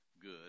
good